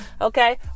okay